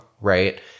right